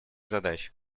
задач